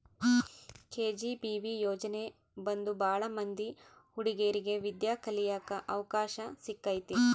KGBV ಯೋಜನೆ ಬಂದು ಭಾಳ ಮಂದಿ ಹುಡಿಗೇರಿಗೆ ವಿದ್ಯಾ ಕಳಿಯಕ್ ಅವಕಾಶ ಸಿಕ್ಕೈತಿ